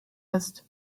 ist